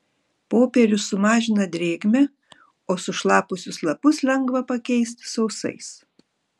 popierius sumažina drėgmę o sušlapusius lapus lengva pakeisti sausais